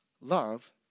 Love